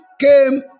came